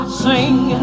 sing